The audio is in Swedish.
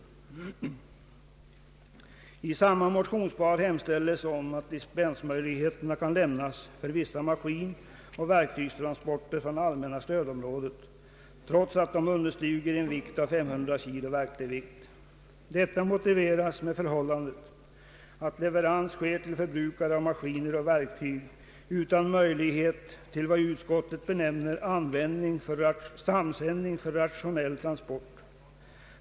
I samma motionspar hemställes om att dispensmöjligheter kan lämnas för vissa maskinoch verktygstransporter från allmänna stödområdet, trots att de understiger 500 kg i verklig vikt. Detta motiveras med att leverans sker till förbrukare av maskiner och verktyg utan möjlighet till vad utskottet benämner samsändning för rationell transport.